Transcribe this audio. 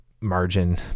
margin